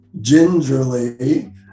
gingerly